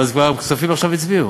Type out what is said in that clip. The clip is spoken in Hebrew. אבל הכספים עכשיו הצביעו.